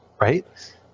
right